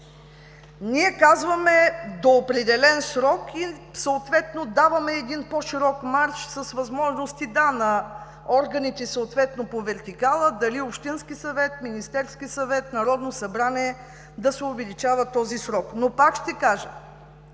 Ние казваме: до определен срок и даваме по-широк марш с възможности – да, на органите по вертикала – дали общински съвет, Министерски съвет, Народно събрание, да се увеличава този срок. Пак ще кажа,